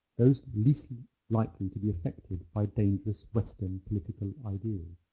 those least likely to be affected by dangerous western political ideas.